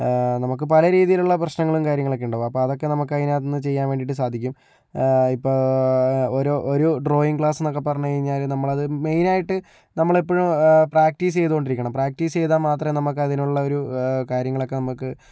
നമുക്ക് പല രീതിയിലുള്ള പ്രശ്നങ്ങളും കാര്യങ്ങളൊക്കെ ഉണ്ടാവും അപ്പോൾ അതൊക്കെ നമുക്ക് അതിനകത്ത് നിന്ന് ചെയ്യാൻ വേണ്ടിയിട്ട് സാധിക്കും ഇപ്പോൾ ഒരു ഒരു ഡ്രോയിങ്ങ് ക്ലാസ്സ് എന്നൊക്കെ പറഞ്ഞു കഴിഞ്ഞാൽ നമ്മളത് മെയിൻ ആയിട്ട് നമ്മൾ എപ്പോഴും പ്രാക്ടീസ് ചെയ്തുകൊണ്ടിരിക്കണം പ്രാക്ടീസ് ചെയ്താൽ മാത്രമേ നമുക്ക് അതിനുള്ള ഒരു കാര്യങ്ങളൊക്കെ നമ്മൾക്ക്